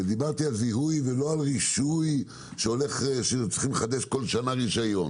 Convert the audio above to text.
ודיברתי על זיהוי ולא על רישוי שצריכים לחדש כל שנה רשיון